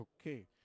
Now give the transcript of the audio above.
Okay